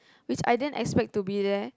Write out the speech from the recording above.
which I didn't expect to be there